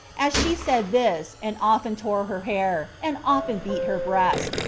as she said this, and often tore her hair, and often beat her breast,